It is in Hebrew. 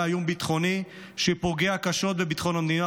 איום ביטחוני שפוגע קשות בביטחון המדינה.